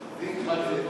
בריונות בנאום שלך.